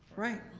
right.